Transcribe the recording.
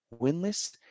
winless